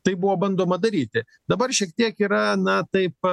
tai buvo bandoma daryti dabar šiek tiek yra na taip